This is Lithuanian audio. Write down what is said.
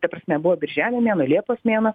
ta prasme buvo birželio mėnuo liepos mėnuo